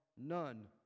none